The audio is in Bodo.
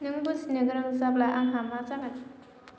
नों बुजिनो गोरों जाब्ला आंहा मा जागोन